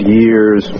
years